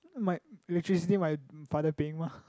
my which is usually my father paying mah